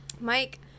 mike